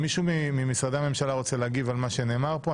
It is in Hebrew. מישהו ממשרדי הממשלה רוצה להגיב על מה שנאמר פה?